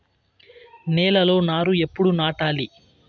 నేలలో నారు ఎప్పుడు నాటాలి?